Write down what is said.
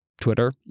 Twitter